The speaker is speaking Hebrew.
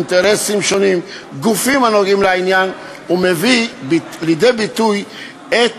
אינטרסים שונים וגופים הנוגעים לעניין ומביא לידי ביטוי את